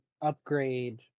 upgrade